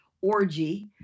orgy